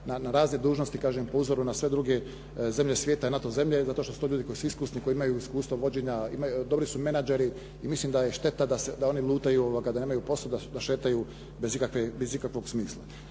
na razne dužnosti, kažem po uzoru na sve druge zemlje svijeta i NATO zemlje zato što su to ljudi koji imaju iskustvo vođenja, dobri su menadžeri i mislim da je šteta da oni lutaju, da nemaju posla, da šeću bez ikakvog smisla.